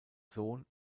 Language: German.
sohn